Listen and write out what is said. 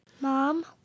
Mom